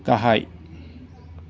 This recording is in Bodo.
गाहाय